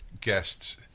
guests